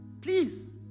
please